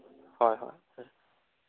ꯍꯣꯏ ꯍꯣꯏ ꯎꯝ